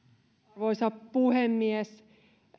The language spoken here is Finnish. arvoisa puhemies